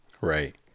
Right